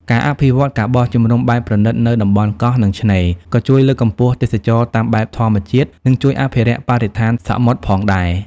ការអភិវឌ្ឍ ការបោះជំរំបែបប្រណីត នៅតំបន់កោះ និងឆ្នេរ ក៏ជួយលើកកម្ពស់ទេសចរណ៍តាមបែបធម្មជាតិ និងជួយអភិរក្សបរិស្ថានសមុទ្រផងដែរ។